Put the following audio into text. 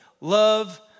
love